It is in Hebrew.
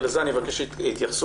ולזה אני אבקש שיתייחסו,